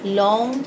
long